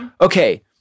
okay